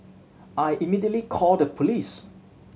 I immediately called the police